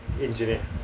engineer